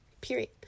period